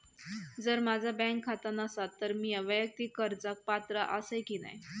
जर माझा बँक खाता नसात तर मीया वैयक्तिक कर्जाक पात्र आसय की नाय?